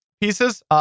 pieces